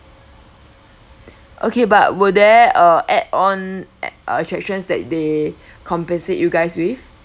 okay but were they uh add on at~ attractions that they compensate you guys with